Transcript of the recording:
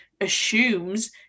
assumes